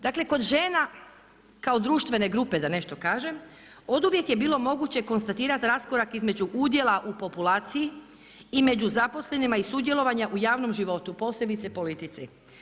Dakle kod žena kao društvene grupe da nešto kažem oduvijek je bilo moguće konstatirati raskorak između udjela u populaciji i među zaposlenima i sudjelovanja u javnom životu posebice politici.